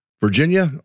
Virginia